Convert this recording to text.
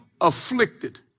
afflicted